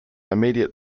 immediate